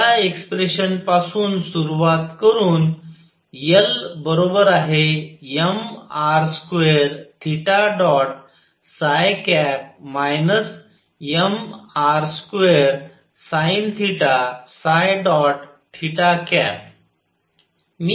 तरया एक्स्प्रेशनपासून सुरवात करून L mr2 mr2sinθ